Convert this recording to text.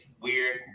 weird